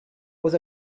was